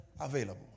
available